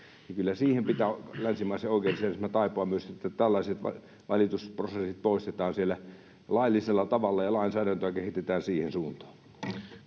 Kyllä siihen pitää länsimaisen oikeusjärjestelmän taipua myös, että tällaiset valitusprosessit poistetaan laillisella tavalla ja lainsäädäntöä kehitetään siihen suuntaan.